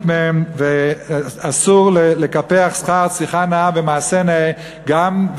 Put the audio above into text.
מהן ואסור לקפח שכר שיחה נאה במעשה נאה גם,